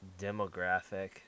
demographic